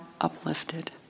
uplifted